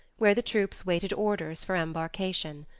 where the troops waited orders for embarkation.